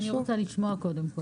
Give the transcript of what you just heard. אני רוצה לשמוע קודם כל.